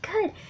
good